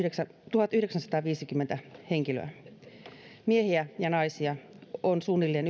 tuhatyhdeksänsataaviisikymmentä henkilöä miehiä ja naisia on suunnilleen